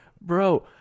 Bro